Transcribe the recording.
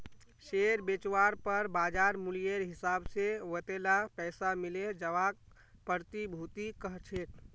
share बेचवार पर बाज़ार मूल्येर हिसाब से वतेला पैसा मिले जवाक प्रतिभूति कह छेक